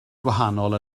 gwahanol